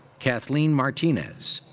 kathleen martinez.